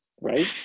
right